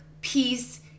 peace